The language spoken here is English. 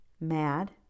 Mad